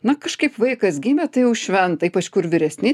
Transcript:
na kažkaip vaikas gimė tai jau šventa ypač kur vyresni